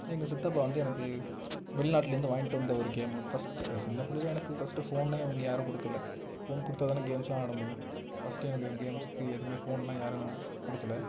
எங்கள் சித்தப்பா வந்து எனக்கு வெளிநாட்லேருந்து வாங்கிட்டு வந்த ஒரு கேமு ஃபஸ்ட்டு சின்ன பிள்ளைல எனக்கு ஃபஸ்ட்டு ஃபோனே இவங்க யாரும் கொடுக்கல ஃபோன் கொடுத்தா தான கேம்ஸ்லாம் ஆட முடியும் ஃபஸ்ட்டு எனக்கு கேம்ஸுக்கு எதுவுமே ஃபோன்லாம் யாரும் கொடுக்கல